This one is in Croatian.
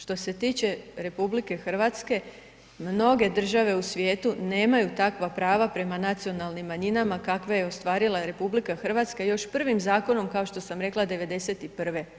Što se tiče RH, mnoge države u svijetu nemaju takva prava prema nacionalnim manjinama kakve je ostvarila RH još prvim zakonom kao što sam rekla '91.